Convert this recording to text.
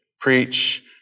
Preach